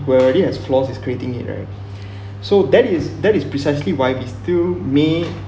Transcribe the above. who already has flaws is creating it right so that is that is precisely why we still me